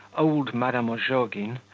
old madame ozhogin,